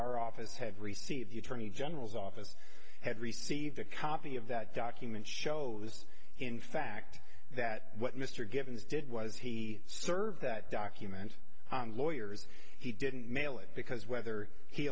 our office had received the attorney general's office had received a copy of that document shows in fact that what mr givens did was he served that document on lawyers he didn't mail it because whether he